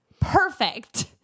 Perfect